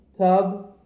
tub